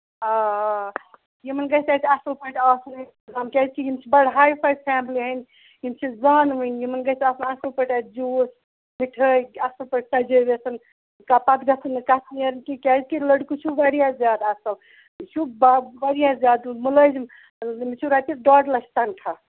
آ آ یِمن گژھِ اَسہِ اَصٕل پٲٹھۍ آسُن کیازِ کہِ یہِ چھِ بَڑٕ ہاے فاے فیملی ہِندۍ یِم چھِ زانہٕ ؤنۍ یِمن گژھِ آسُن اَصٕل پٲٹھۍ اَتہِ جوٗس مِٹھٲے اَصٕل پٲٹھۍ سَجٲوِتھ پَتہٕ گژھن نہٕ کَتھٕ نیرٕنۍ کیاہ کیازِ کہِ لڑکہٕ چھُ واریاہ زیادٕ اَصٕل یہِ چھُ واریاہ زیادٕ مُلٲزِم أمِس چھُ رۄپیس ڈۄڈ لَچھ تَنخواہ